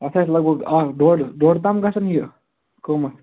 اَتھ آسہِ لَگ بَگ اکھ ڈۅڈ ڈۅڈ تام گژھن یہِ قیمت